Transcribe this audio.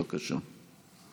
בבקשה.